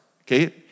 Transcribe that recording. okay